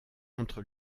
entre